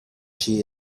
she